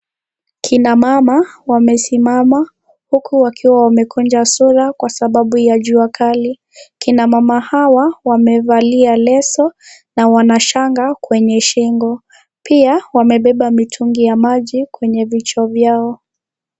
Kina mama wamesimama huku wakiwa wamekunja sura zao Kwa sababu ya jua kali . Kina mama hawa wamevalia leso na Wana shanga kwenye shingo, pia wamebeba vitungi vya maji kwenye vichwa vyao.